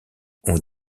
ont